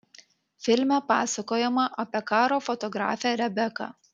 filme pasakojama apie karo fotografę rebeką